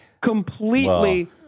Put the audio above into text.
completely